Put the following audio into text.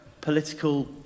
political